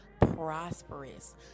prosperous